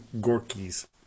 Gorky's